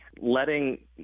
Letting